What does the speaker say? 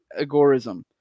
agorism